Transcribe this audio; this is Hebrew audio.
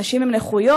אנשים עם נכויות,